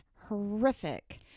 horrific